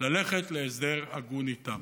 ללכת להסדר הגון איתם.